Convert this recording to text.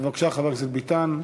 בבקשה, חבר הכנסת ביטן.